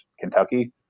Kentucky